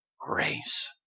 grace